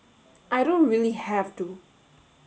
I don't really have to